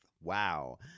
Wow